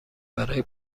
برای